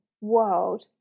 world